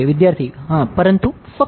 વિદ્યાર્થી હા પરંતુ ફક્ત